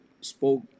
spoke